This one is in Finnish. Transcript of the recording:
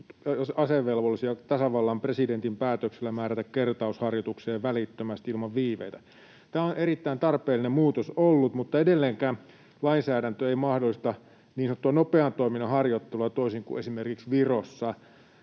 asevelvollisia tasavallan presidentin päätöksellä määrätä kertausharjoitukseen välittömästi ilman viiveitä. Tämä on ollut erittäin tarpeellinen muutos, mutta edelleenkään lainsäädäntö ei mahdollista niin sanottua nopean toiminnan harjoittelua, toisin kuin esimerkiksi Virossa.